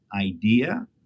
idea